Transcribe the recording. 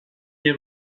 mais